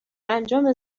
انجام